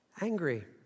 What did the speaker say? angry